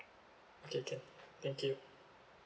okay can thank you